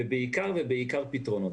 ובעיקר פתרונות.